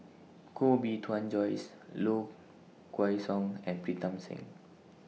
Koh Bee Tuan Joyce Low Kway Song and Pritam Singh